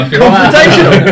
confrontational